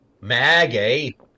Maggie